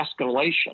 escalation